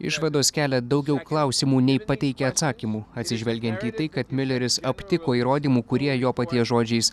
išvados kelia daugiau klausimų nei pateikia atsakymų atsižvelgiant į tai kad miuleris aptiko įrodymų kurie jo paties žodžiais